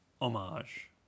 homage